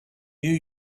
new